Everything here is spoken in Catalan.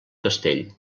castell